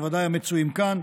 בוודאי המצויים כאן,